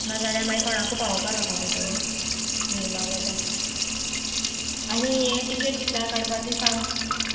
ना जाल्यार मागीर कोणाकूय पावोपा लावपा पडटोलें ये ना जाल्यार आनी हे टिकेट कितल्या काडपा ती सांग